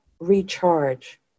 recharge